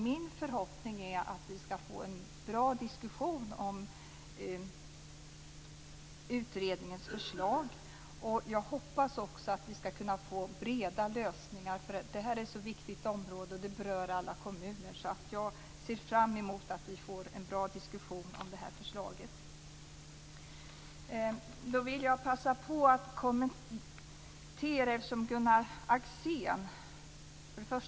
Min förhoppning är att vi skall få en bra diskussion om utredningens förslag. Jag hoppas också att vi skall kunna få breda lösningar. Det här är ett viktigt område, och det berör alla kommuner, så jag ser fram emot att få en bra diskussion om det här förslaget. Jag vill passa på att kommentera Gunnar Axéns anförande.